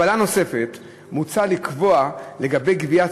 בהגבלה נוספת מוצע לקבוע לגבי גביית